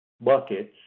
buckets